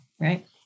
right